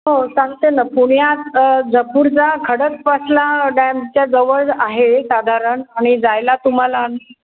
हो सांगते ना पुण्यात झपुर्झा खडकवासला डॅमच्याजवळच आहे साधारण आणि जायला तुम्हाला